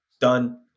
Done